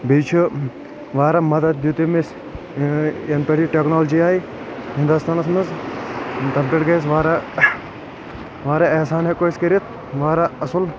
بیٚیہِ چھُ واریاہ مدد دِیُت أمۍ اسہِ ینہٕ پٮ۪ٹھ یہِ ٹٮ۪کنالوجی آیہِ ہندوستانس منٛز تنہٕ پٮ۪تھ گٔے اسہِ واریاہ واریاہ احسان ہٮ۪کو أسۍ کٔرتھ واریاہ اصل